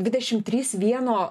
dvidešimt trys vieno